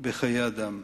בחיי אדם.